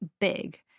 big